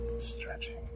Stretching